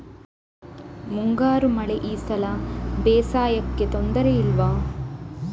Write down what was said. ಮುಂಗಾರು ಮಳೆ ಈ ಸಲ ಬೇಸಾಯಕ್ಕೆ ತೊಂದರೆ ಇಲ್ವ?